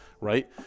right